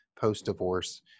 post-divorce